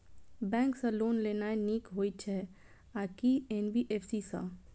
Bank सँ loan लेनाय नीक होइ छै आ की एन.बी.एफ.सी सँ?